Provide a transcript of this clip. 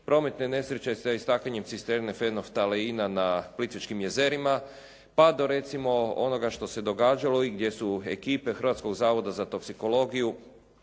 prometne nesreće sa iskakanjem cisterne fenoftalina na Plitvičkim jezerima, pa do recimo onoga što se događalo i gdje su ekipe Hrvatskog zavoda za toksikologiju